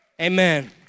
Amen